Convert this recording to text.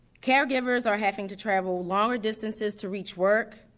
caregivers are having to travel longer distances to reach work.